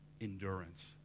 Endurance